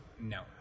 No